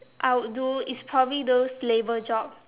I would do is probably those labour jobs